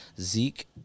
Zeke